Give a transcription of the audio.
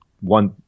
one